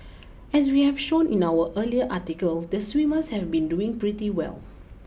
as we have shown in our earlier article the swimmers have been doing pretty well